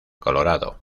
colorado